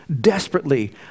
desperately